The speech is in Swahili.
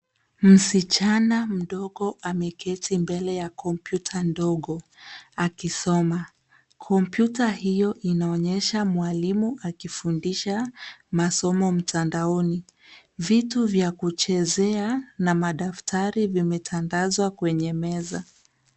Msichana mdogo ameketi mbele ya kompyuta ndogo, akisoma. Kompyuta hiyo inaonyesha mwalimu akifundisha masomo mtandaoni. Vitu vya kuchezea na madaftari vimetandazwa kwenye meza.